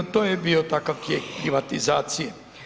To je bio takav tijek privatizacije.